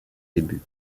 débuts